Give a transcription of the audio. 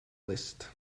list